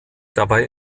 dabei